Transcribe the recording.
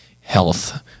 health